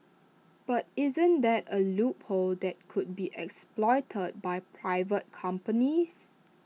but isn't that A loophole that could be exploited by private companies